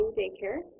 daycare